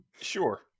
Sure